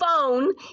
phone